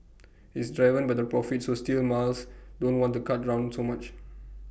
it's driven by the profit so steel miles don't want to cut drown so much